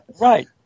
Right